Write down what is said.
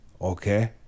okay